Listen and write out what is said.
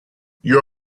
your